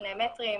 ושני מטרים.